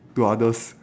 to others